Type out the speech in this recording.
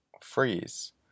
freeze